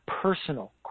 personal